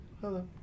Hello